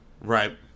Right